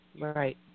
Right